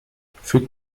füg